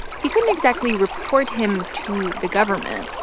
he couldn't exactly report him to the government.